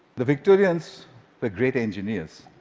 the victorians were great engineers.